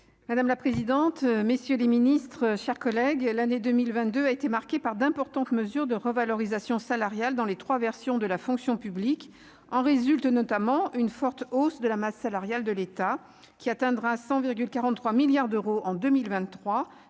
Madame la présidente, messieurs les Ministres, chers collègues, l'année 2022 a été marquée par d'importantes mesures de revalorisation salariale dans les 3 versions de la fonction publique en résulte notamment une forte hausse de la masse salariale de l'État, qui atteindra 143 milliards d'euros en 2023,